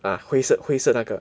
uh 灰色灰色那个